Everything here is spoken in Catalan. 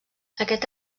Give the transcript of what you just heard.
aquest